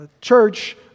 church